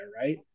right